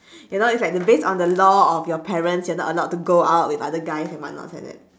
you know it's like the based on the law of your parents you're not allowed to go out with other guys and what nots like that